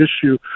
issue